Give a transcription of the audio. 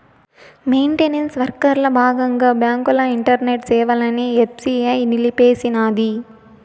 maintenance వర్కల బాగంగా బాంకుల ఇంటర్నెట్ సేవలని ఎస్బీఐ నిలిపేసినాది